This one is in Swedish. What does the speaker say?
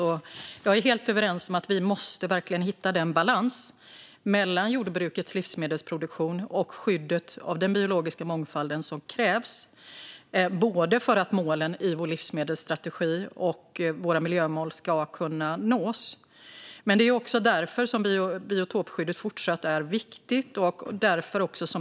Jag håller helt med om att vi måste hitta en balans mellan jordbrukets livsmedelsproduktion och det skydd av den biologiska mångfalden som krävs, för att både målen i vår livsmedelsstrategi och våra miljömål ska kunna nås. Men det är också därför som biotopskyddet fortsatt är viktigt.